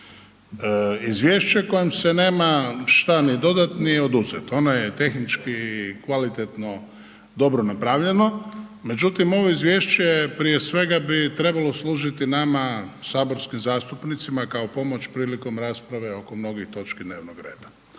Izvješće kojem se nema šta ni dodati ni oduzeti, ono je tehnički kvalitetno dobro napravljeno međutim ovo izvješće prije svega bi trebalo služiti nama saborskim zastupnicima kao pomoć prilikom rasprave oko mnogih točki dnevnog reda.